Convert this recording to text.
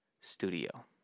studio